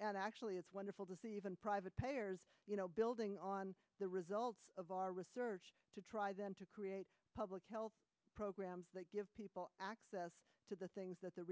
and actually it's wonderful to see even private payers you know building on the results of our research to try them to create public health programs that give people access to the things that the